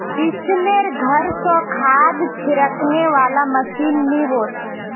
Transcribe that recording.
किशनेर घर स खाद छिड़कने वाला मशीन ने वोस